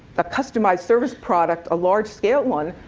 ah customized service product, a large scale one,